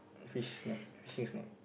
fish snack fishing snack